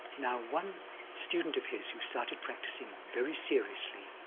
now, one student of his, who started practicing very seriously,